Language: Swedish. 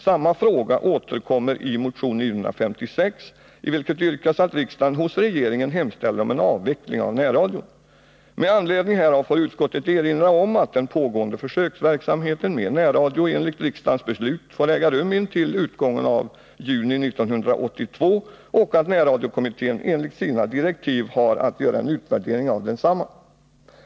Samma fråga återkommer i motion 956, i vilken yrkas att riksdagen hos regeringen hemställer om avveckling av närradion. Med anledning härav får utskottet erinra om att den pågående försöksverksamheten med närradio enligt riksdagens beslut får äga rum intill utgången av juni 1982 och att närradiokommittén enligt sina direktiv har att göra en utvärdering av densamma.